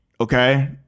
Okay